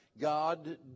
God